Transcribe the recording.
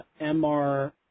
MR